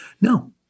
no